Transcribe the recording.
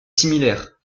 similaire